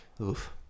Oof